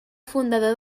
fundador